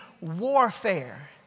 warfare